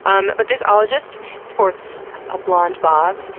um but this ologist sports a blonde bob,